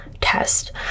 test